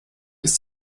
ist